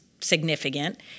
significant